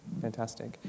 Fantastic